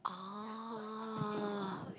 oh